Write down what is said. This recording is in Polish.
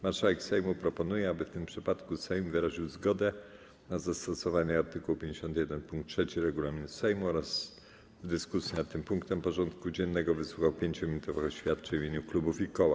Marszałek Sejmu proponuje, aby w tym przypadku Sejm wyraził zgodę na zastosowanie art. 51 pkt 3 regulaminu Sejmu oraz w dyskusji nad tym punktem porządku dziennego wysłuchał 5-minutowych oświadczeń w imieniu klubów i koła.